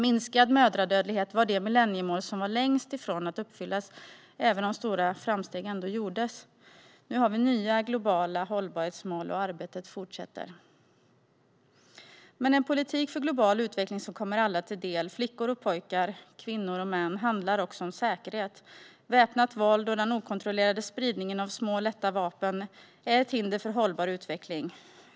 Minskad mödradödlighet var det millenniemål som var längst ifrån att uppfyllas, även om stora framsteg gjordes. Nu har vi nya globala hållbarhetsmål, och arbetet fortsätter. Men en politik för global utveckling som kommer alla till del - såväl flickor och pojkar som kvinnor och män - handlar också om säkerhet. Väpnat våld och den okontrollerade spridningen av små och lätta vapen är ett hinder för hållbar utveckling.